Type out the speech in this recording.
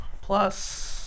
plus